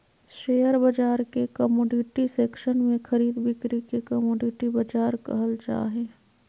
share बाजार के commodity section में खरीद बिक्री के कमोडिटी बाजार कहल जा हइ